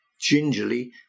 gingerly